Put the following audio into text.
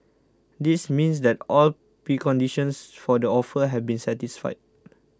this means that all preconditions for the offer have been satisfied